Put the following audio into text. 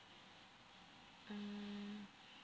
mm